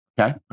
Okay